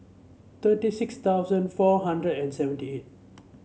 thirty six thousand four hundred and seventy eight